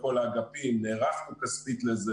82 מיליון שקל ואני לא חושב שיש סיבה שתושבי רמת נגב יופלו לרעה.